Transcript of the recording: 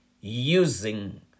using